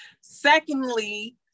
Secondly